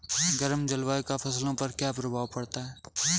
गर्म जलवायु का फसलों पर क्या प्रभाव पड़ता है?